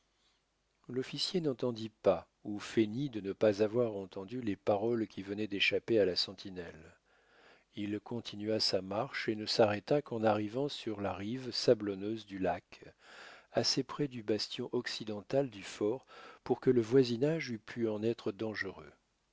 l'officier n'entendit pas ou feignit de ne pas avoir entendu les paroles qui venaient d'échapper à la sentinelle il continua sa marche et ne s'arrêta qu'en arrivant sur la rive sablonneuse du lac assez près du bastion occidental du fort pour que le voisinage eût pu en être dangereux